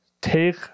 take